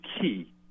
key